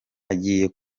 agiye